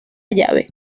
llave